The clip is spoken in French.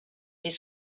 est